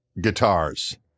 guitars